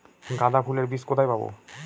গাঁদা ফুলের বীজ কোথায় পাবো?